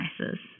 devices